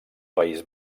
país